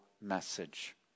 message